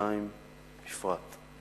ובירושלים בפרט.